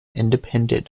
independent